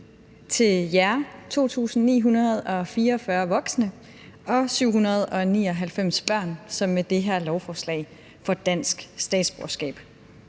til jer 2.944 voksne og 799 børn, som med det her lovforslag får dansk statsborgerskab.